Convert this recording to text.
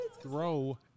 throw